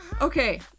okay